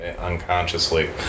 unconsciously